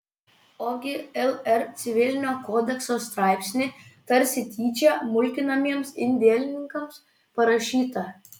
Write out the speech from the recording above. ogi lr civilinio kodekso straipsnį tarsi tyčia mulkinamiems indėlininkams parašytą